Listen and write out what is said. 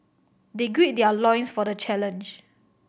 they gird their loins for the challenge